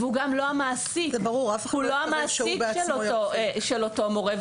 הוא גם לא המעסיק של אותו מורה.